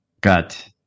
gut